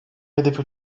hedefi